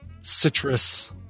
citrus